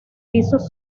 pisos